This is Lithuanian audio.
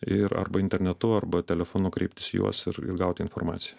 ir arba internetu arba telefonu kreiptis į juos ir ir gauti informaciją